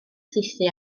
saethu